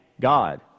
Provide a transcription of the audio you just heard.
God